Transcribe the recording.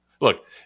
Look